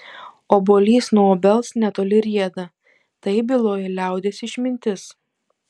obuolys nuo obels netoli rieda taip byloja liaudies išmintis